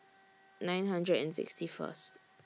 nine hundred and sixty First